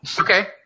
Okay